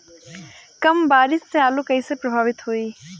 कम बारिस से आलू कइसे प्रभावित होयी?